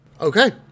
Okay